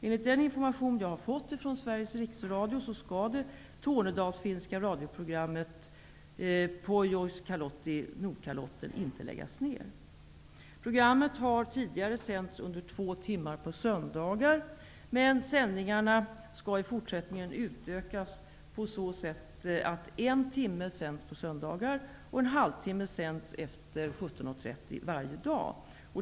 Enligt den information jag har fått från inte läggas ned. Programmet har tidigare sänts under två timmar på söndagar, men sändningarna skall i fortsättningen utökas på så sätt att en timme sänds på söndagar och en halvtimme sänds efter 17.30 varje vardag.